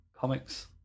comics